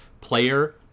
player